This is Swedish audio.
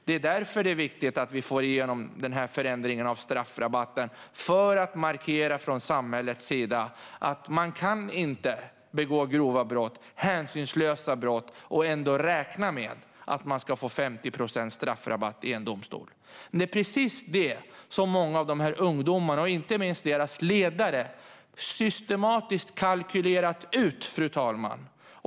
Det är därför det är viktigt att vi får igenom förändringen av straffrabatten: för att markera från samhällets sida att man inte kan begå grova brott, hänsynslösa brott, och ändå räkna med att få 50 procents straffrabatt i domstol. Det är precis det som många av de här ungdomarna och inte minst deras ledare systematiskt kalkylerat ut, fru talman.